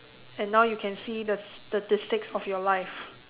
and now you can see the statistics of your life